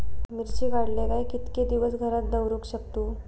मिर्ची काडले काय कीतके दिवस घरात दवरुक शकतू?